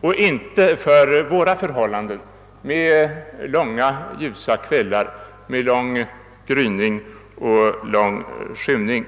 och inte för våra trakter med långa, ljusa kvällar, med lång gryning och lång skymning.